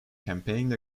campaigned